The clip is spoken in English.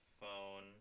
phone